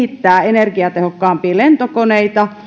energiatehokkaampia lentokoneita